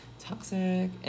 toxic